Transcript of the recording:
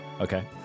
okay